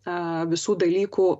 a visų dalykų